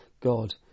God